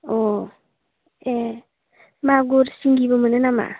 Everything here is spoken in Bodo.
अ ए मागुर सिंगिबो मोनो नामा